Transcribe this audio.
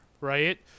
right